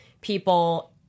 people